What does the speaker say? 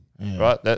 right